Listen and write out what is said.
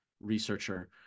researcher